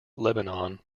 lebanon